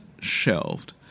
shelved